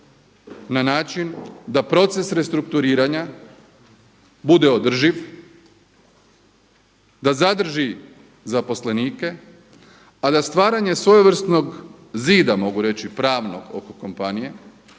na način da proces restrukturiranja bude održiv, da zadrži zaposlenike, a da stvaranje svojevrsnog zida mogu reći pravnog oko kompanije